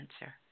answer